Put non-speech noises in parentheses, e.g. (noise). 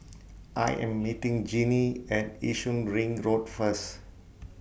(noise) I Am meeting Jeanie At Yishun Ring Road First